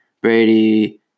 Brady